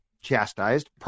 chastised